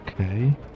Okay